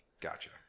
Gotcha